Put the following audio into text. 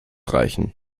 reichen